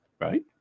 Right